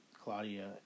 Claudia